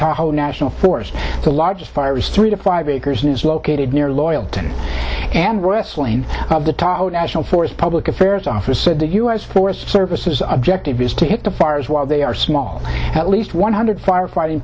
national forest the largest fire is three to five acres and is located near loyalty and wrestling of the national forest public affairs office said the u s forest service is objective is to hit the fires while they are small at least one hundred firefighting